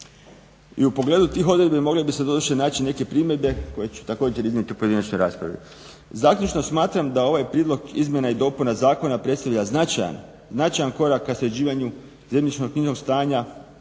I u pogledu tih odredbi mogle bi se doduše naći neke primjedbe koje ću također iznijeti u pojedinačnoj raspravi. Zaključno smatram da ovaj prijedlog izmjena i dopuna zakona predstavlja značajan korak ka sređivanju zemljišno-knjižnog stanja